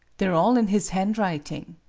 they are all in his handwriting.